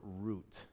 root